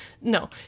No